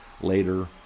later